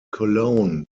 cologne